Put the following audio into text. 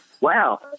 wow